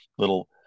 little